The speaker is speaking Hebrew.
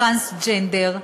טרנסג'נדר,